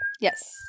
yes